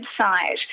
website